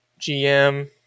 GM